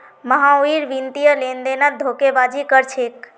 महावीर वित्तीय लेनदेनत धोखेबाजी कर छेक